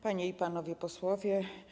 Panie i Panowie Posłowie!